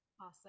Awesome